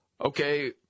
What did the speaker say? Okay